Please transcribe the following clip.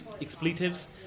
expletives